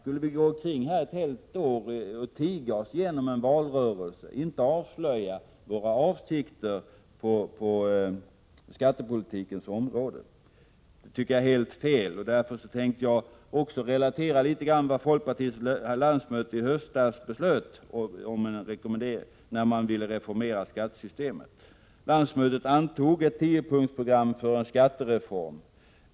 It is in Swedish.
Skulle vi tiga oss igenom en valrörelse och under ett helt år inte avslöja våra avsikter på skattepolitikens område? Det tycker jag är helt fel. Därför tänker jag också relatera något av vad folkpartiets landsmöte i höstas beslöt beträffande en reformering av skattesystemet. Landsmötet antog ett tiopunktsprogram för en skattereform.